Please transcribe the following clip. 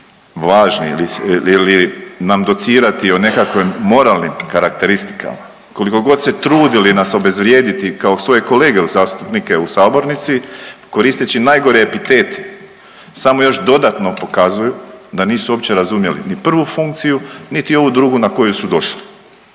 važni ili nam docirati o nekakvim moralnim karakteristika, koliko god se trudili nas obezvrijediti kao svoje kolege il zastupnike u sabornice koristeći najgore epitete samo još dodatno pokazuju da nisu uopće razumjeli ni prvu funkciju, niti ovu drugu na koju su došli